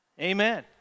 Amen